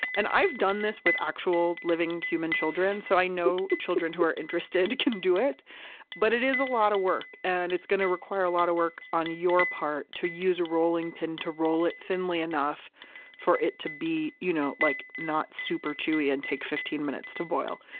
and i've done this with actual, living, human children. so, i know children who are interested can do it but it is a lot of work. and it's going to require a lot of work on your part to use a rolling pin, to roll it thinly enough for it to be you know like not super chewy, and take fifteen minutes to boil.